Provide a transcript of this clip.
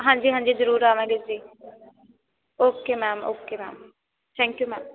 ਹਾਂਜੀ ਹਾਂਜੀ ਜ਼ਰੂਰ ਆਵਾਂਗੇ ਜੀ okay ma'am okay ma'am thank you ma'am